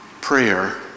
prayer